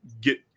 get